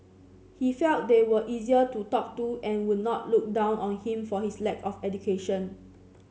he felt they were easier to talk to and would not look down on him for his lack of education